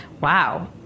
Wow